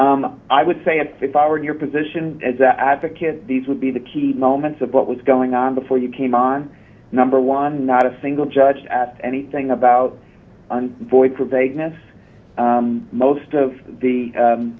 s i would say if i were in your position as an advocate these would be the key moments of what was going on before you came on number one not a single judge asked anything about void for vagueness most of the